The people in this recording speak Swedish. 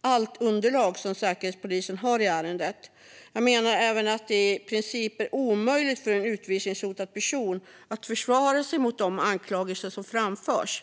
allt underlag som Säkerhetspolisen har i ärendet. Jag menar även att det i princip är omöjligt för en utvisningshotad person att försvara sig mot de anklagelser som framförs.